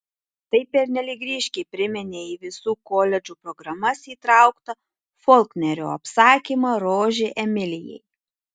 tai pernelyg ryškiai priminė į visų koledžų programas įtrauktą folknerio apsakymą rožė emilijai